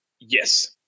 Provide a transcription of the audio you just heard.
Yes